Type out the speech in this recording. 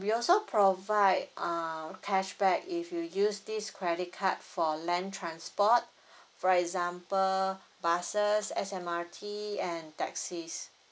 we also provide uh cashback if you use this credit card for land transport for example buses S_M_R_T and taxis